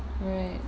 right